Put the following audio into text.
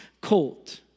colt